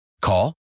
Call